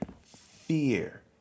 fear